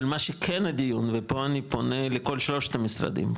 אבל מה שכן הדיון ופה אני פונה לכל שלושת המשרדים,